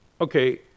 Okay